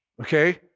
Okay